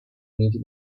uniti